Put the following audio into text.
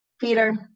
Peter